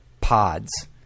pods